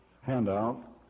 handout